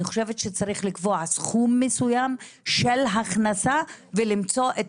אני חושבת שצריך לקבוע סכום מסוים של הכנסה ולמצוא את